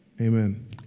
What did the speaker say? amen